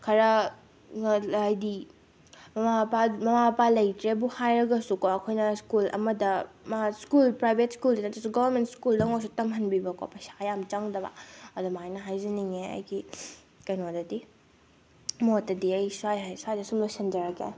ꯈꯔ ꯍꯥꯏꯗꯤ ꯃꯃꯥ ꯃꯄꯥ ꯃꯃꯥ ꯃꯄꯥ ꯂꯩꯇ꯭ꯔꯦꯕꯨ ꯍꯥꯏꯔꯒꯁꯨꯀꯣ ꯑꯩꯈꯣꯏꯅ ꯁ꯭ꯀꯨꯜ ꯑꯃꯗ ꯃꯥ ꯁ꯭ꯀꯨꯜ ꯄ꯭ꯔꯥꯏꯕꯦꯠ ꯁ꯭ꯀꯨꯜꯗ ꯅꯠꯇ꯭ꯔꯒꯁꯨ ꯒꯦꯕꯔꯃꯦꯟ ꯁ꯭ꯀꯨꯜꯗꯪ ꯑꯣꯏꯔꯁꯨ ꯇꯝꯍꯟꯕꯤꯕꯀꯣ ꯄꯩꯁꯥ ꯌꯥꯝ ꯆꯪꯗꯕ ꯑꯗꯨꯃꯥꯏꯅ ꯍꯥꯏꯖꯅꯤꯡꯉꯦ ꯑꯩꯒꯤ ꯀꯩꯅꯣꯗꯒꯤ ꯃꯣꯠꯇꯗꯤ ꯑꯩ ꯁ꯭ꯋꯥꯏꯗ ꯁꯨꯝ ꯂꯣꯏꯁꯤꯟꯖꯔꯒꯦ